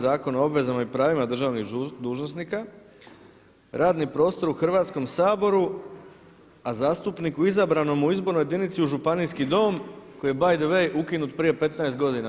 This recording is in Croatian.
Zakona o obvezama i pravima državnih dužnosnika radni prostor u Hrvatskom saboru a zastupniku izabranom u izbornoj jedinici u županijski dom“ koji je bay the way ukinut prije 15 godina.